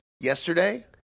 yesterday